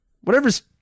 Whatever's